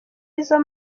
izo